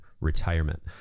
retirement